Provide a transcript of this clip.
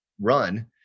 run